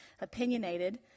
opinionated